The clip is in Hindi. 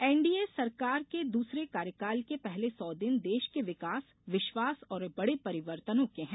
एनडीए सरकार के दूसरे कार्यकाल के पहले सौ दिन देश के विकास विश्वास और बड़े परिर्वतनों के हैं